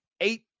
eight